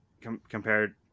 compared